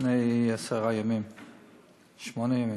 לפני שמונה ימים,